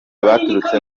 abaturutse